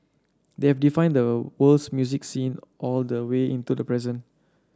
they have defined the world's music scene all the way into the present